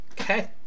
Okay